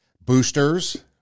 boosters